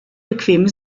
bequeme